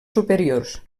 superiors